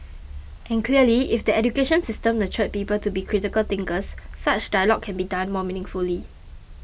and clearly if the education system nurtured people to be critical thinkers such dialogue can be done more meaningfully